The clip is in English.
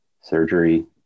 surgery